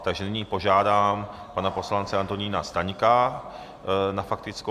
Takže nyní požádám pana poslance Antonína Staňka na faktickou.